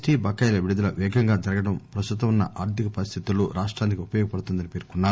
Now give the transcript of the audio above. T బకాయిల విడుదల వేగంగా జరగడం ప్రస్తుతం ఉన్న ఆర్థిక పరిస్థితులో రాష్టానికి ఉపయోగపడుతుందని పేర్కొన్నారు